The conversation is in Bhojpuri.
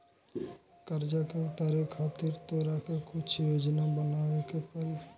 कर्जा के उतारे खातिर तोरा के कुछ योजना बनाबे के पड़ी